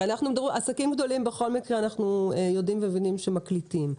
הרי עסקים גדולים בכל מקרה אנחנו יודעים ומבינים שמקליטים.